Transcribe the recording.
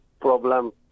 problem